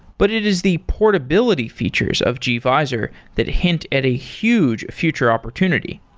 but it is the portability features of gvisor that hint at a huge future opportunity.